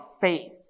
faith